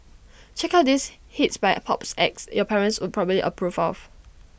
check out these hits by A pops acts your parents would probably approve of